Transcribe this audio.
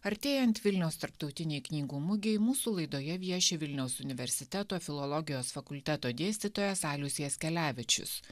artėjant vilniaus tarptautinei knygų mugei mūsų laidoje vieši vilniaus universiteto filologijos fakulteto dėstytojas alius jaskelevičius